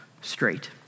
straight